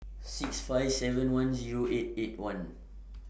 six five seven one Zero eight eight one